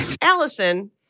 Allison